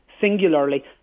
singularly